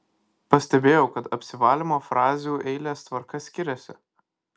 pastebėjau kad apsivalymo frazių eilės tvarka skiriasi